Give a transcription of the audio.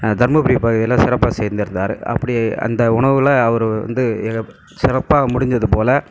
தருமபுரி பகுதிகளில் சிறப்பாக செய்திருந்தார் அப்படி அந்த உணவுகளை அவரு வந்து ஏகப் சிறப்பாக முடுஞ்சது போல